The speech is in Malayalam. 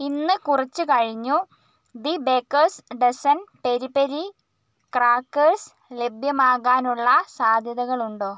ഇന്ന് കുറച്ചു കഴിഞ്ഞ് the baker's dozen peri peri crackers ലഭ്യമാകാനുള്ള സാധ്യതകളുണ്ടോ